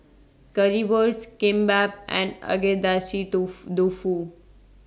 Currywurst Kimbap and Agedashi Dofu Dofu